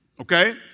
okay